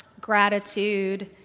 Gratitude